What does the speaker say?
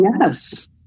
yes